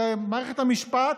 למערכת המשפט,